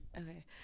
Okay